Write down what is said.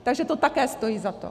Takže to také stojí za to.